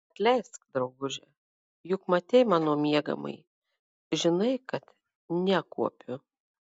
atleisk drauguže juk matei mano miegamąjį žinai kad nekuopiu